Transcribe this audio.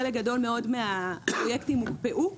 חלק גדול מאוד מהפרויקטים הוקפאו.